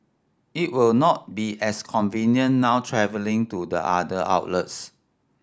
it will not be as convenient now travelling to the other outlets